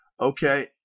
Okay